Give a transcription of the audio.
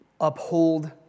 uphold